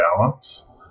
balance